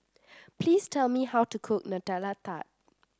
please tell me how to cook Nutella Tart